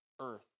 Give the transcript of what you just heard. earth